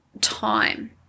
time